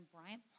Bryant